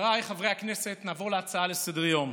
חבריי חברי הכנסת, נעבור להצעה לסדר-היום,